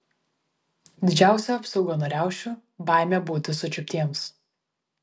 didžiausia apsauga nuo riaušių baimė būti sučiuptiems